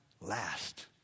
last